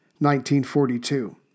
1942